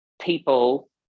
people